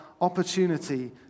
opportunity